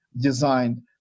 designed